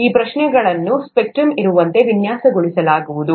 ಈ ಪ್ರಶ್ನೆಗಳನ್ನು ಸ್ಪೆಕ್ಟ್ರಮ್ನಾದ್ಯಂತ ಇರುವಂತೆ ವಿನ್ಯಾಸಗೊಳಿಸಲಾಗುವುದು